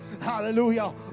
hallelujah